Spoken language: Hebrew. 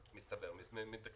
נכון, בסדר, אז אתה יכול להוציא